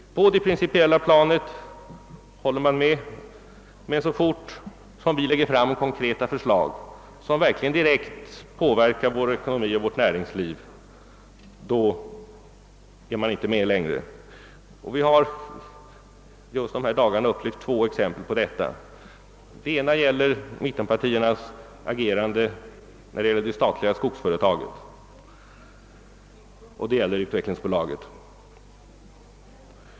På det principiella planet håller man med, men så fort vi lägger fram konkreta förslag, som direkt påverkar vår ekonomi och vårt näringsliv, vill man inte vara med längre. Vi har just dessa dagar fått två exempel på detta. Det ena är mittenpartiernas agerande när det gäller de statliga skogsföretagen, det andra är deras ställningstagande till utvecklingsbolaget.